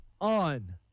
on